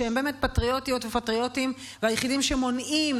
שהם באמת פטריוטיות ופטריוטים והיחידים שמונעים